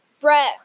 Brett